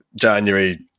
january